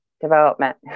development